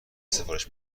سفارش